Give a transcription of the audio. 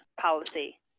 policy